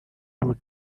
two